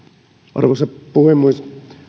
arvoisa puhemies